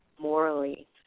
morally